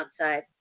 outside